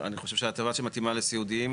אני חושב שההטבה שמתאימה לסיעודיים,